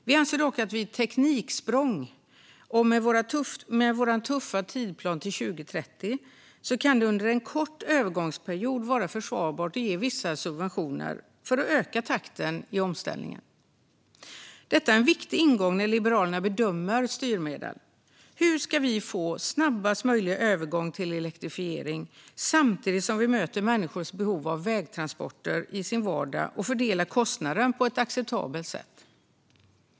Vi anser dock att det vid tekniksprång och med vår tuffa tidsplan till 2030 under en kort övergångsperiod kan vara försvarbart att ge vissa subventioner för att öka takten i omställningen. Detta är en viktig ingång när Liberalerna bedömer styrmedel. Hur ska vi få snabbast möjliga övergång till elektrifiering samtidigt som vi möter människors behov av vägtransporter i vardagen och fördelar kostnaden på ett acceptabelt sätt?